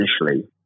initially